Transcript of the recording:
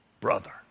brother